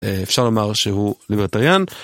אפשר לומר שהוא ליבריטריין.